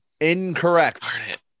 Incorrect